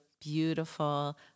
beautiful